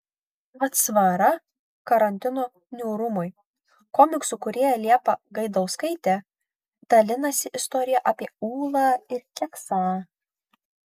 atsvara karantino niūrumui komiksų kūrėja liepa gaidauskaitė dalinasi istorija apie ūlą ir keksą